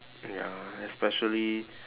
ya especially